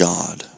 God